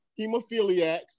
hemophiliacs